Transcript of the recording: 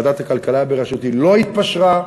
ועדת הכלכלה בראשותי לא התפשרה,